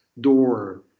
door